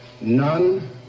none